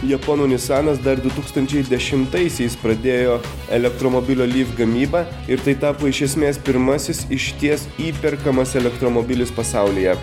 japonų nisanas dar du tūkstančiai dešimtaisiais pradėjo elektromobilio lyv gamyba ir tai tapo iš esmės pirmasis išties įperkamas elektromobilis pasaulyje